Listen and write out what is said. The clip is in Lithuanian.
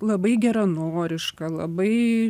labai geranoriška labai